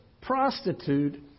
prostitute